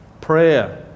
Prayer